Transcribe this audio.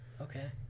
okay